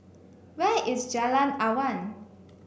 where is Jalan Awan